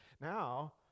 Now